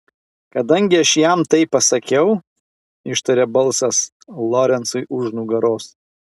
kadangi aš jam tai pasakiau ištarė balsas lorencui už nugaros